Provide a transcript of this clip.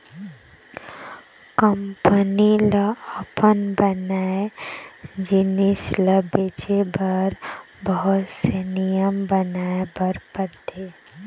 company ल अपन बनाए जिनिस ल बेचे बर बहुत से नियम बनाए बर परथे